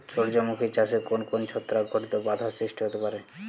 সূর্যমুখী চাষে কোন কোন ছত্রাক ঘটিত বাধা সৃষ্টি হতে পারে?